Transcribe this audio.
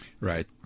Right